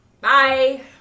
Bye